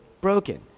broken